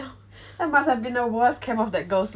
that must have been the worst camp of that girl's life man